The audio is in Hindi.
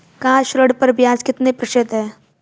कार ऋण पर ब्याज कितने प्रतिशत है?